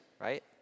right